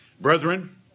Brethren